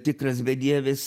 tikras bedievis